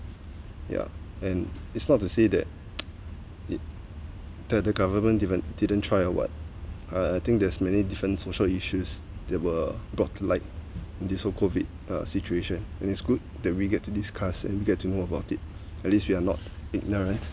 yeah and it's not to say that it that the government didn't didn't try or what uh I think there's many different social issues that were brought to light and this whole COVID situation and it's good that we get to discuss and we get to know about it at least we're not ignorant